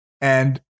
and-